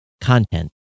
content